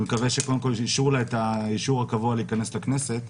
אני מקווה שאישרו לה את האישור הקבוע להיכנס לכנסת.